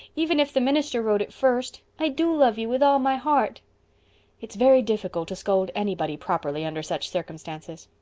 even if the minister wrote it first. i do love you with all my heart it's very difficult to scold anybody properly under such circumstances.